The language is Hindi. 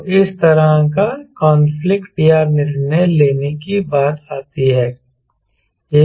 तो इस तरह का कनफ्लिक्ट या निर्णय लेने की बात आती है